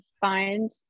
find